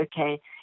okay